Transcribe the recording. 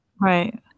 right